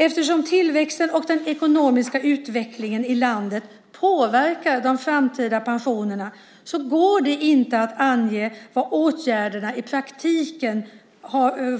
Eftersom tillväxten och den ekonomiska utvecklingen i landet påverkar de framtida pensionerna går det inte att ange vad åtgärden innebär i praktiken